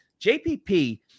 JPP